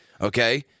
Okay